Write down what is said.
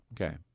Okay